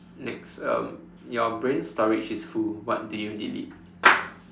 next um your brain storage is full what do you delete